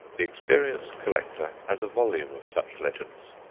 the experienced collector has a volume of such legends.